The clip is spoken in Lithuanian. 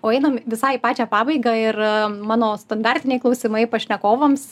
o einam visai į pačią pabaigą ir mano standartiniai klausimai pašnekovams